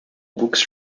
books